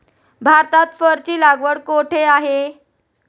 भारतात फरची लागवड कुठे आहे?